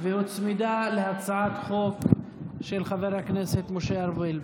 שהוצמדה להצעת חוק של חבר הכנסת משה ארבל.